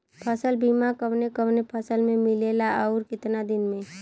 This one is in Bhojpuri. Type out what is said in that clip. फ़सल बीमा कवने कवने फसल में मिलेला अउर कितना दिन में?